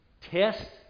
Test